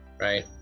right